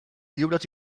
lliures